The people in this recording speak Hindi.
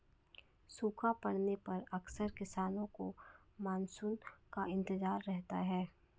सूखा पड़ने पर अक्सर किसानों को मानसून का इंतजार रहता है